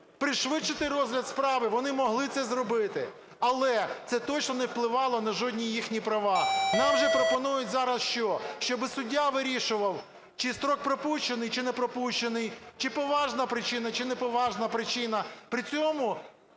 пришвидшити розгляд справи, вони могли це зробити. Але це точно не впливало на жодні їхні права. Нам же пропонують зараз що. Щоб суддя вирішував, чи строк пропущений, чи не пропущений, чи поважна причина, чи неповажна причина. При цьому